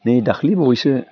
नै दाखालि बावैसो